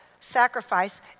sacrifice